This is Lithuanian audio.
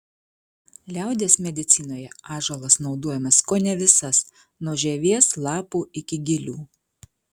liaudies medicinoje ąžuolas naudojamas kone visas nuo žievės lapų iki gilių